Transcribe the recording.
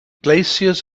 glaciers